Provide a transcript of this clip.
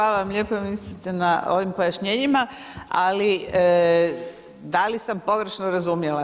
Hvala vam lijepa ministrice na ovim pojašnjenjima, ali da li sam pogrešno razumjela.